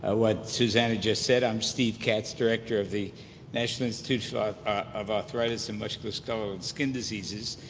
ah what susana just said, i'm steve katz, director of the national institutes of arthritis and musculoskeletal skin diseases.